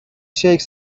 شیک